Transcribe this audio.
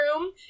room